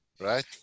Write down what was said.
Right